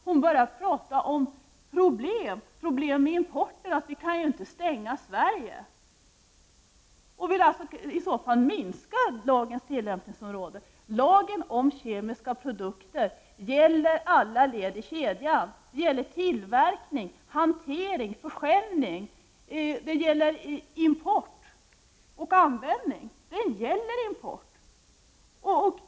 Hon talar om problem med importen och att vi inte kan stänga Sverige. Hon ville alltså minska lagens tillämpningsområden. Lagen om kemiska produkter gäller alla led i kedjan: tillverkning, hantering, försäljning, import och användning. Den gäller alltså även import.